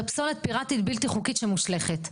פסולת פיראטית בלתי חוקית שמושלכת.